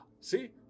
see